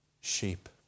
sheep